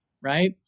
right